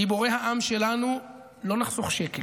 גיבורי העם שלנו, לא נחסוך שקל.